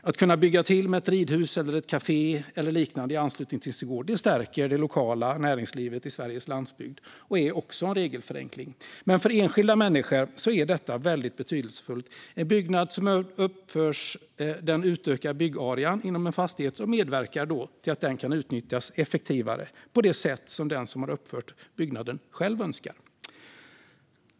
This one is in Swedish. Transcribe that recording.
Att man kan bygga ett ridhus eller ett kafé eller något liknande i anslutning till sin gård stärker det lokala näringslivet på landsbygden i Sverige, och det är också en regelförenkling. Men för enskilda människor är detta väldigt betydelsefullt. När en byggnad uppförs ökar byggnadsarean inom fastigheten. Den kan då utnyttjas effektivare på det sätt som den som uppför byggnaden önskar.